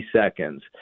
seconds